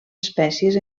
espècies